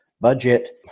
budget